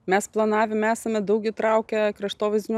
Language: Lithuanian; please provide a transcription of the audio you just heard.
mes planavime esame daug įtraukę kraštovaizdinio